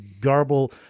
garble